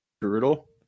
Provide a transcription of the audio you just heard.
brutal